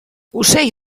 ocell